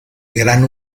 gran